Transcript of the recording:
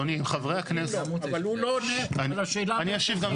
אבל הוא לא עונה על השאלה המרכזית.